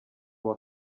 uwa